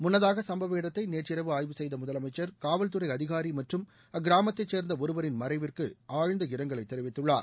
முன்னதாக சம்பவ இடத்தை நேற்றிரவு ஆய்வு செய்த முதலமைச்சர் காவல்துறை அதிகாரி மற்றும் அக்கிராமத்தை சேர்ந்த ஒருவரின் மறைவிற்கு ஆழ்ந்த இரங்கலை தெரிவித்துள்ளார்